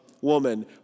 woman